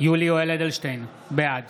יולי יואל אדלשטיין, בעד